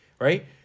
right